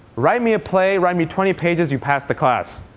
write me a play. write me twenty pages. you pass the class.